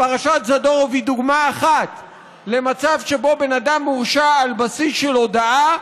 פרשת זדורוב היא דוגמה אחת למצב שבו בן אדם מורשע על בסיס של הודאה,